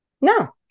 No